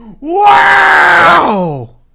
wow